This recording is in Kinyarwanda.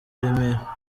remera